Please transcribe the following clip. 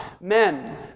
men